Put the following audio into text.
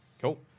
Cool